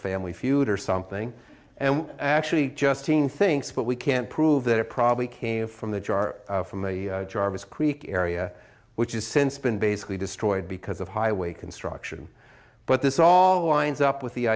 family feud or something and actually just seen things but we can't prove that it probably came from the jar from the jarvis creek area which is since been basically destroyed by because of highway construction but this all winds up with the